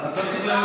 אתה צריך,